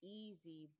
easy